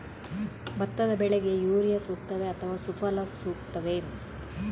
ಭತ್ತದ ಬೆಳೆಗೆ ಯೂರಿಯಾ ಸೂಕ್ತವೇ ಅಥವಾ ಸುಫಲ ಸೂಕ್ತವೇ?